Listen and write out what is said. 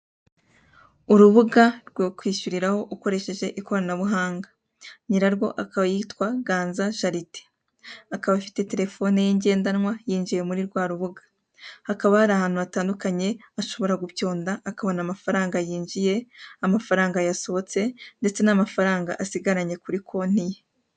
Urubuga rwo kwishyuriraho ukoresheje ikoranabuhanga nyirarwo akaba yitwa Ganza Sharitin akaba afite terefone ye ndendanwa yinjiye muri rwa rubuga, hakaba hari ahantu hatandukanye ashobora gupyonda akabona amafaranga yinjiye, amafaranga yasohotse ndetse n'amafaranga asigaranye kuri konti ye.